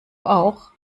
auch